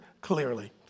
clearly